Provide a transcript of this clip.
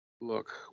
Look